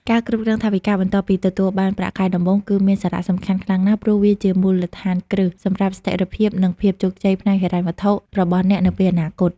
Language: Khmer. ការគ្រប់គ្រងថវិកាបន្ទាប់ពីទទួលបានប្រាក់ខែដំបូងគឺមានសារៈសំខាន់ខ្លាំងណាស់ ព្រោះវាជាមូលដ្ឋានគ្រឹះសម្រាប់ស្ថិរភាព និងភាពជោគជ័យផ្នែកហិរញ្ញវត្ថុរបស់អ្នកនៅពេលអនាគត។